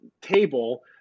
table